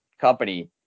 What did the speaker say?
company